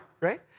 right